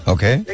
Okay